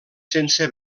sense